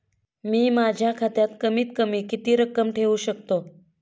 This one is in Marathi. मी माझ्या खात्यात कमीत कमी किती रक्कम ठेऊ शकतो?